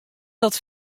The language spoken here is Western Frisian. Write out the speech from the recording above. dat